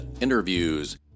interviews